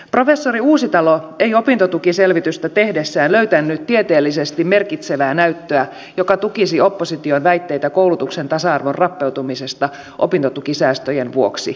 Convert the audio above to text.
professori uusitalo ei opintotukiselvitystä tehdessään löytänyt tieteellisesti merkitsevää näyttöä joka tukisi opposition väitteitä koulutuksen tasa arvon rappeutumisesta opintotukisäästöjen vuoksi